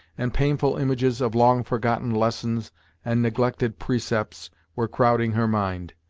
and painful images of long forgotten lessons and neglected precepts were crowding her mind.